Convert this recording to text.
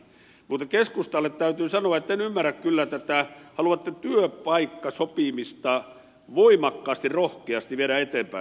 mutta keskustalle täytyy sanoa että en ymmärrä kyllä että te haluatte työpaikkasopimista voimakkaasti rohkeasti viedä eteenpäin